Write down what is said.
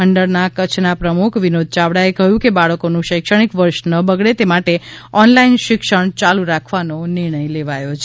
મંડળના કચ્છના પ્રમુખ વિનોદ યાવડાએ કહ્યું કે બાળકોનું શૈક્ષણિક વર્ષ ન બગડે તે માટે ઓનલાઇન શિક્ષણ ચાલુ રાખવાનો નિર્ણય લેવાયો છે